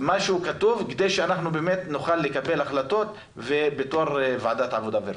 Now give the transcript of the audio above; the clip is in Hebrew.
משהו כתוב כדי שבאמת נוכל לקבל החלטות בתור עבודה ורווחה.